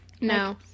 No